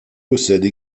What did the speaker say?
possède